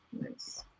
Nice